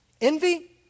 Envy